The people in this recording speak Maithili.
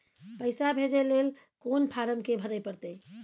पैसा भेजय लेल कोन फारम के भरय परतै?